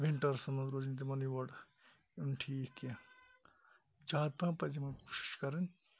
وِنٹٲرسن مَنٛز روزِ نہٕ تِمَن یور یُن ٹھیک کینٛہہ زیادٕ پَہَم پَزِ یِمَن کوٗشِش کَرٕنۍ